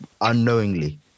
Unknowingly